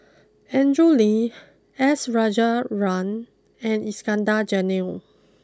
Andrew Lee S Rajendran and Iskandar Jalil